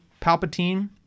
Palpatine